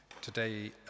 Today